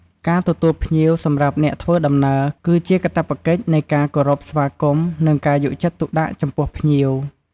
ការទទួលភ្ញៀវសម្រាប់អ្នកធ្វើដំណើរ គឺជាកាតព្វកិច្ចនៃការគោរពស្វាគមន៍ និងការយកចិត្តទុកដាក់ចំពោះភ្ញៀវ។